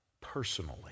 personally